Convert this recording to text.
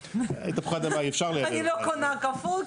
אני לא קונה קפוא.